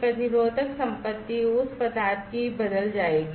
प्रतिरोधक संपत्ति उस पदार्थ की बदल जाएगी